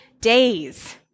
days